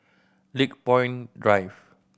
Lakepoint Drive